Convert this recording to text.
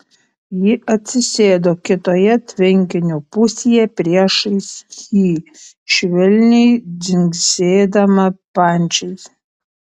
ji atsisėdo kitoje tvenkinio pusėje priešais jį švelniai dzingsėdama pančiais